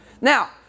Now